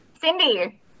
cindy